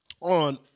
on